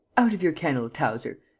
out of your kennel, towzer!